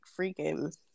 freaking